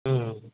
ம் ம்